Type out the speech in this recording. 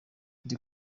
ndi